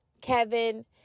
Kevin